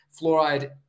fluoride